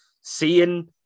Seeing